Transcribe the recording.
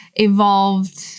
evolved